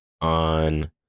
on